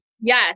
yes